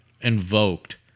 invoked